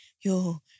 Yo